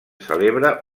celebra